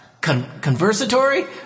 conversatory